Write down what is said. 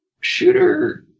shooter